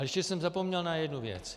Ještě jsem zapomněl na jednu věc.